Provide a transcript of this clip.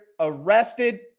arrested